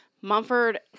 Mumford